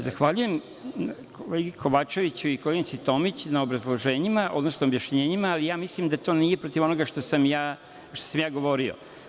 Zahvaljujem kolegi Kovačeviću i koleginici Tomić na obrazloženjima, odnosno objašnjenjima, ali mislim da to nije protiv onoga što sam govorio.